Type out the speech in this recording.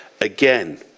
again